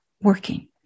working